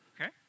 Okay